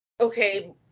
okay